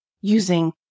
using